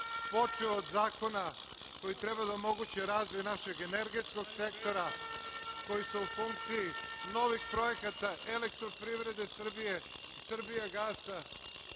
počev od zakona koji treba da omogući razvoj našeg energetskog sektora, koji su u funkciji novih projekata elektroprivrede Srbije, Srbijagasa. Želim,